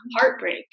heartbreak